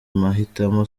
mahitamo